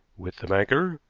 with the banker,